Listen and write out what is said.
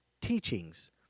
teachings